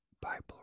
Bible